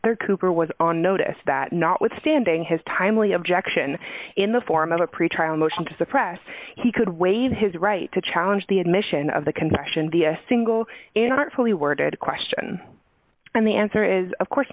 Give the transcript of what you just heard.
r cooper was on notice that notwithstanding his timely objection in the form of a pretrial motion to the press he could waive his right to challenge the admission of the confession the thing go in artfully worded question and the answer is of course